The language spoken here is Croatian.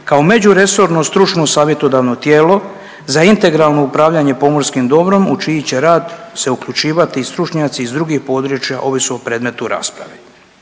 kao međuresorno stručno savjetodavno tijelo za integralno upravljanje pomorskim dobrom, u čiji će rad se uključivati i stručnjaci iz drugih područja, ovisno o predmetu rasprave.